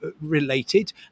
related